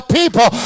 people